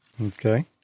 Okay